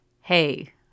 hey